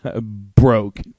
Broke